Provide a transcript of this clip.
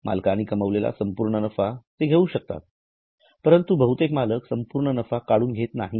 मालकांनी कमवलेला संपूर्ण नफा ते घेऊ शकतात परंतु बहुतेक मालक संपूर्ण नफा काढून घेत नाहीत